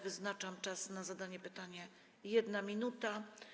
Wyznaczam czas na zadanie pytania - 1 minuta.